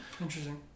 Interesting